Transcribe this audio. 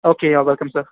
okay welcome sir